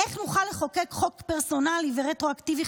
איך נוכל לחוקק חוק פרסונלי ורטרואקטיבי,